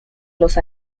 los